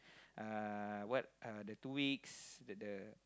uh what uh the two weeks the the